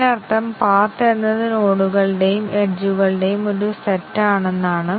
അതിനാൽ ടെസ്റ്റ് കേസുകളുടെ എണ്ണം വളരെ കുറവാണ്